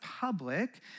public